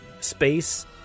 Space